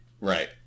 Right